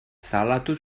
salatu